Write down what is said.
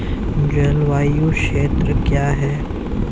जलवायु क्षेत्र क्या है?